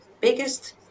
biggest